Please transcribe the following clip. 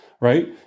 right